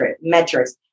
metrics